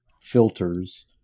filters